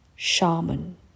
shaman